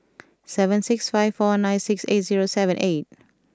seven six five four nine six eight zero seven eight